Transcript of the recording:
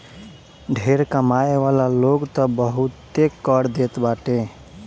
ढेर कमाए वाला लोग तअ बहुते कर देत बाटे